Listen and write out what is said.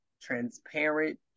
transparent